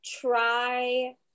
try